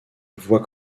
voit